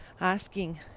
asking